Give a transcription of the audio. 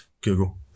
Google